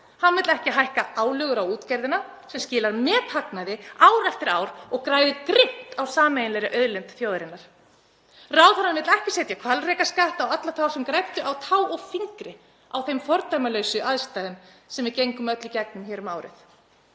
Hann vill ekki hækka álögur á útgerðina sem skilar methagnaði ár eftir ár og græðir grimmt á sameiginlegri auðlind þjóðarinnar. Ráðherrann vill ekki setja hvalrekaskatt á alla þá sem græddu á tá og fingri á þeim fordæmalausu aðstæðum sem við gengum öll í gegnum hér um árið.